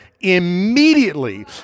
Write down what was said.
immediately